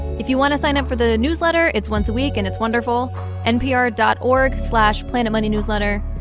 if you want to sign up for the newsletter, it's once a week, and it's wonderful npr dot org slash planetmoneynewsletter.